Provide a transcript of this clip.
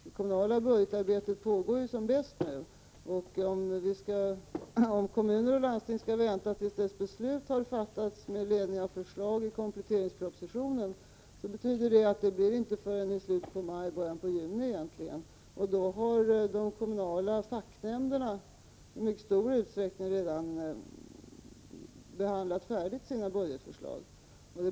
Det kommunala budgetarbetet pågår ju som bäst nu, och om kommuner och landsting skall vänta till dess beslut har fattats med anledning av förslag i kompletteringspropositionen, betyder det att det inte blir förrän i slutet av maj eller i början av juni. Då har de kommunala facknämnderna i mycket stor utsträckning redan behandlat färdigt sina budgetförslag.